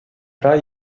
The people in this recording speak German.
drei